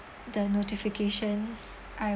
the notification I